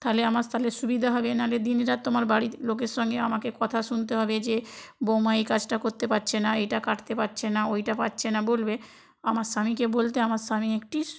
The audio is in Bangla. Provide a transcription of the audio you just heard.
তাহলে আমার তাহলে সুবিধে হবে নাহলে দিনরাত তোমার বাড়িতে লোকের সঙ্গে আমাকে কথা শুনতে হবে যে বউমা এই কাজটা করতে পারছে না এইটা কাটতে পারছে না ওইটা পারছে না বলবে আমার স্বামীকে বলতে আমার স্বামী একটি